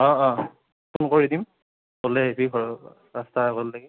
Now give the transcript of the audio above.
অঁ অঁ ফোন কৰি দিম ওলাই আহিবি ঘৰৰ পৰা ৰাস্তাৰ আগলৈকে